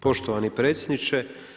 Poštovani predsjedniče.